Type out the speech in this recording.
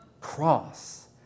cross